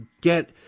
get